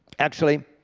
actually,